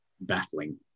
baffling